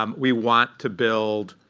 um we want to build